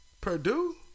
Purdue